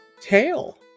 tail